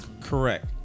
Correct